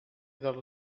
dallo